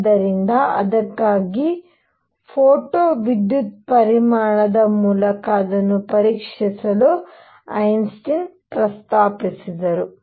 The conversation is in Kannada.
ಆದ್ದರಿಂದ ಅದಕ್ಕಾಗಿ ಫೋಟೋ ವಿದ್ಯುತ್ ಪರಿಣಾಮದ ಮೂಲಕ ಅದನ್ನು ಪರೀಕ್ಷಿಸಲು ಐನ್ಸ್ಟೈನ್ ಪ್ರಸ್ತಾಪಿಸಿದರು